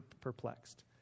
perplexed